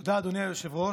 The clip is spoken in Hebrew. תודה, אדוני היושב-ראש.